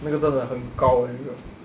那个真的很高 eh 那个